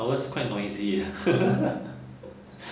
ours was quite noisy uh